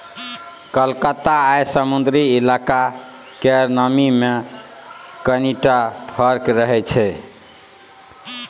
कलकत्ता आ समुद्री इलाका केर नमी मे कनिटा फर्क रहै छै